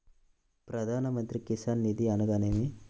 ప్రధాన మంత్రి కిసాన్ నిధి అనగా నేమి?